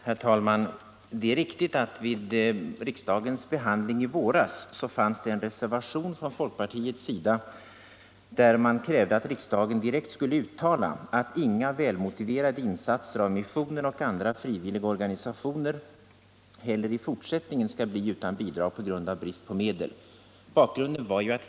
Herr talman! Det är riktigt att vid riksdagens behandling i våras förelåg en folkpartireservation där man krävde att riksdagen direkt skulle uttala att inga välmotiverade insatser av missionen och andra frivilliga organisationer heller i fortsättningen skall bli utan bidrag på grund av brist på medel.